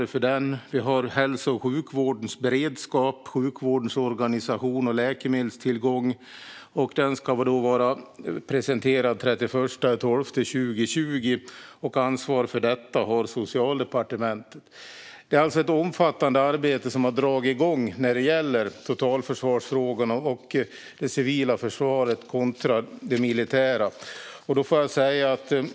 Vi har också en utredning om hälso och sjukvårdens beredskap, sjukvårdens organisation och läkemedelstillgång, och den ska vara presenterad den 31 december 2020. Ansvaret för detta har Socialdepartementet. Det är alltså ett omfattande arbete som har dragit igång när det gäller totalförsvarsfrågorna och det civila försvaret kontra det militära.